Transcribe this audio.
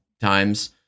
times